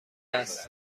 است